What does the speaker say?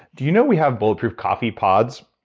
did you know we have bulletproof coffee pods?